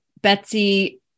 Betsy